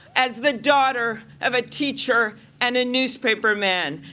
as the daughter of a teacher and a newspaper man,